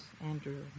Andrew